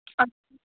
अच्छा